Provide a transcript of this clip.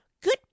Good